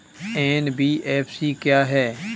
NBFC क्या है?